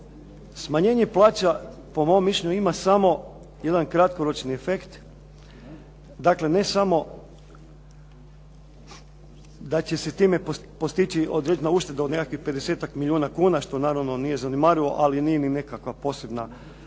Smanjenje plaća po mom mišljenju ima samo jedan kratkoročni efekt. Dakle, ne samo da će se time postići određena ušteda od nekakvih pedesetak milijuna kuna što naravno nije zanemarivo, ali nije ni nekakva poteškoća